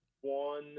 One